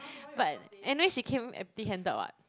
but and then she came empty handed [what]